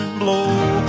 blow